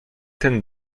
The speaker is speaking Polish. ten